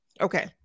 Okay